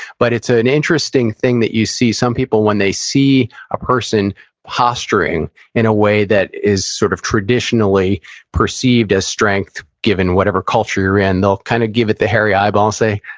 but, it's ah an interesting thing that you see some people, when they see a person posturing in a way that is sort of traditionally perceived as strength, given whatever culture you're in, they'll kind of give it the hairy eyeball and say,